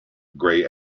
grey